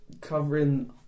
covering